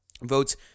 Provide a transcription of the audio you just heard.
votes